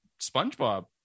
SpongeBob